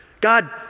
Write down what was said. God